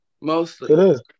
mostly